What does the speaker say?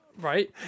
Right